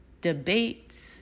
debates